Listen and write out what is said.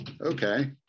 okay